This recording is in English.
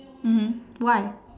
mmhmm why